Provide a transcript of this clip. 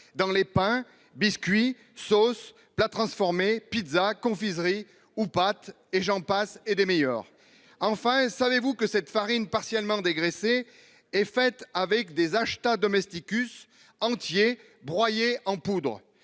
dans les pins biscuits, sauces plats transformés pizza confiserie ou pâte et j'en passe et des meilleures. Enfin, savez-vous que cette farine partiellement dégraissé et fait avec des acheta domestique us entiers broyés en poudre.